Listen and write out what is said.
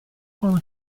barn